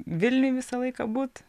vilniuj visą laiką būt